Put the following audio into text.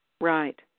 Right